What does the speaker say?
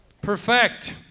Perfect